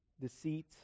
deceit